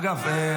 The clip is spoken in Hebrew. אגב,